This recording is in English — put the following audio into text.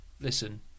listen